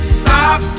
stop